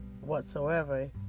whatsoever